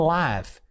life